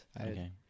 Okay